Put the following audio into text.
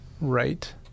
Right